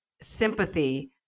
sympathy